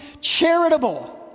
charitable